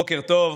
בוקר טוב.